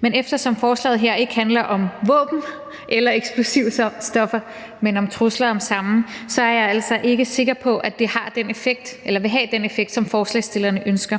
Men eftersom beslutningsforslaget ikke handler om våben eller eksplosivstoffer, men om trusler om samme, er jeg altså ikke sikker på, at det vil have den effekt, som forslagsstillerne ønsker.